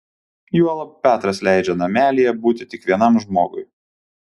juolab petras leidžia namelyje būti tik vienam žmogui